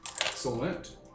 Excellent